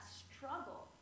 struggle